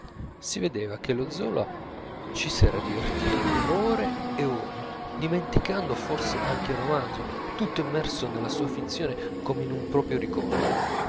si vedeva che lo zola ci s'era divertito per ore e per ore dimenticando forse anche il romanzo tutto immerso nella sua finzione come in un proprio ricordo